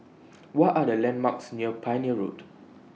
What Are The landmarks near Pioneer Road